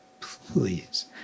please